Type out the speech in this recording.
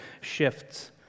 shifts